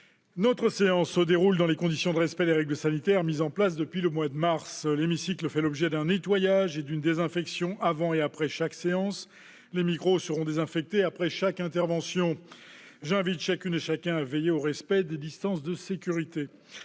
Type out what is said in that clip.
Notre séance se déroule dans les conditions de respect des règles sanitaires mises en place depuis le mois de mars. Je rappelle que l'hémicycle fait l'objet d'un nettoyage et d'une désinfection avant et après chaque séance. Il en est de même pour les micros après chaque intervention. J'invite chacune et chacun à veiller au respect des distances de sécurité.